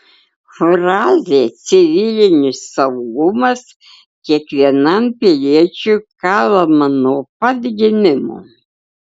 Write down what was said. frazė civilinis saugumas kiekvienam piliečiui kalama nuo pat gimimo